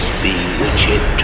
bewitched